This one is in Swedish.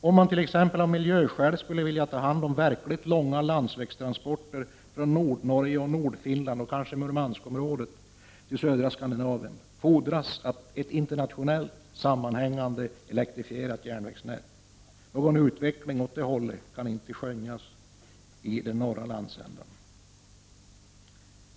Om man t.ex. av miljöskäl skulle vilja ta hand om verkligt långa landsvägstransporter från Nordnorge och Nordfinland och kanske Murmanskområdet till södra Skandinavien fordras ett internationellt sammanhängande, elektrifierat järnvägsnät. Någon utveckling åt det hållet kan inte skönjas i den norra landsändan.